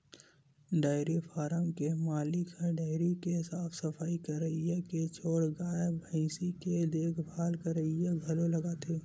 dairy farm के मालिक ल डेयरी के साफ सफई करइया के छोड़ गाय भइसी के देखभाल करइया घलो लागथे